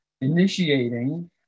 initiating